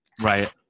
right